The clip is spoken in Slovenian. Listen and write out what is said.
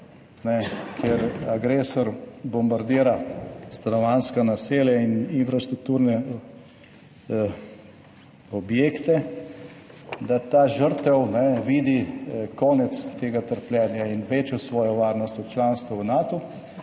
ker agresor bombardira stanovanjska naselja in infrastrukturne objekte, da ta žrtev vidi konec tega trpljenja in večjo svojo varnost v članstvu v Natu,